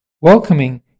welcoming